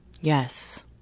yes